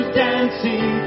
dancing